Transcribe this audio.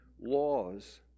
laws